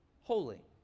holy